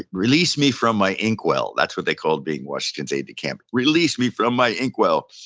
release me from my inkwell, that's what they called being washington's aides-de-camp. release me from my inkwell.